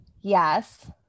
Yes